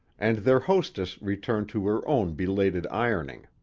and their hostess returned to her own belated ironing.